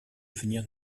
venir